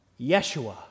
Yeshua